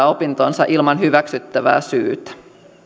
opintonsa ilman hyväksyttävää syytä